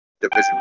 division